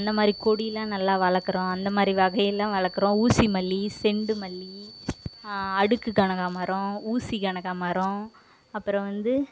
அந்த மாதிரி கொடியெலாம் நல்லா வளர்க்குறோம் அந்த மாதிரி வகையெலாம் வளர்க்குறோம் ஊசி மல்லி செண்டு மல்லி அடுக்கு கனகாம்பரம் ஊசி கனகாம்பரம் அப்புறம் வந்து